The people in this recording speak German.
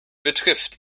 betrifft